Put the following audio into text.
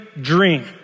dream